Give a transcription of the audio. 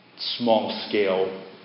small-scale